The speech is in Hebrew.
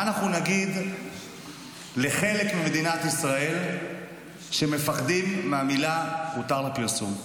מה אנחנו נגיד לחלק ממדינת ישראל שמפחדים מהמילה הותר לפרסום?